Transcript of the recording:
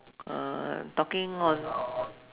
talking on